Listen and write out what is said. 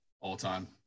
all-time